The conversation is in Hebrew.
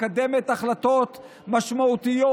מקדמת החלטות משמעותיות,